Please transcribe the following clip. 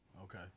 Okay